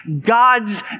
God's